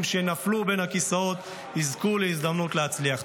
שנפלו בין הכיסאות יזכו להזדמנות להצליח.